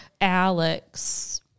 Alex